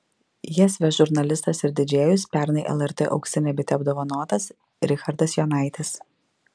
jas ves žurnalistas ir didžėjus pernai lrt auksine bite apdovanotas richardas jonaitis